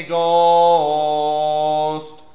Ghost